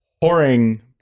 pouring